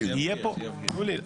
להשלים.